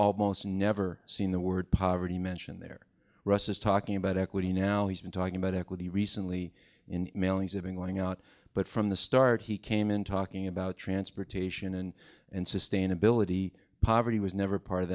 almost never seen the word poverty mentioned there russ is talking about equity now he's been talking about equity recently in mailings having going out but from the start he came in talking about transportation and and sustainability poverty was never part of